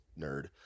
nerd